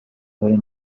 کاری